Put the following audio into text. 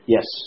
Yes